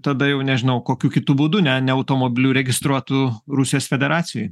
tada jau nežinau kokiu kitu būdu ne ne automobiliu registruotu rusijos federacijoj